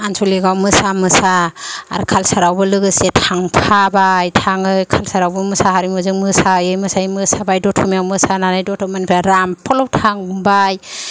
आनसलिकआव मोसा मोसा आरो कालचारावबो लोगोसे थांफाबाय थाङो कालचारावबो मोसा हारिमु जों मोसायै मोसायै मोसाबाय दतमायाव मोसानानै दतमानिफ्राय रामफलाव थांबाय